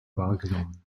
wahrgenommen